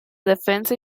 defensa